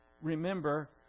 remember